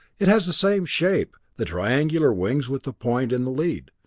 it has the same shape, the triangular wings with the point in the lead,